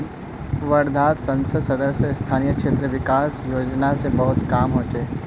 वर्धात संसद सदस्य स्थानीय क्षेत्र विकास योजना स बहुत काम ह ले